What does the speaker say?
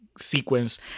Sequence